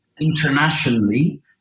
internationally